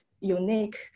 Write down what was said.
unique